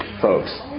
folks